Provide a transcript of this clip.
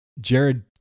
Jared